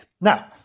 Now